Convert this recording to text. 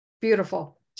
beautiful